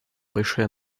большие